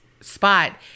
spot